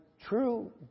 true